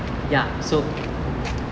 ya so